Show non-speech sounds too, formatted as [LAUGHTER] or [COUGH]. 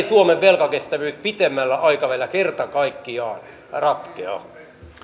[UNINTELLIGIBLE] suomen velkakestävyys pitemmällä aikavälillä kerta kaikkiaan ratkea